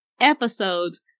episodes